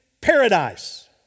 paradise